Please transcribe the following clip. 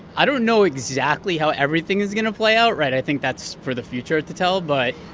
i don't know exactly how everything is going to play out, right? i think that's for the future to tell. but